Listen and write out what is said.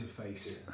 interface